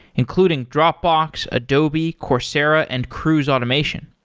including dropbox, adobe, coursera and cruise automation.